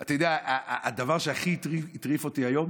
אתה יודע, הדבר שהכי הטריף אותי היום